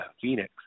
Phoenix